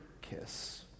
kiss